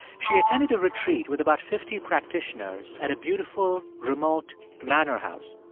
she attended a retreat with about fifty practitioners at a beautiful remote manor house.